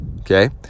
Okay